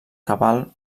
cabal